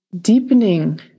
deepening